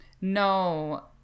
No